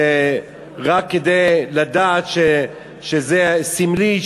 רק כדי לדעת שזה סמלי,